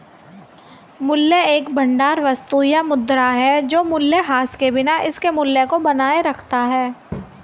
मूल्य का एक भंडार वस्तु या मुद्रा है जो मूल्यह्रास के बिना इसके मूल्य को बनाए रखता है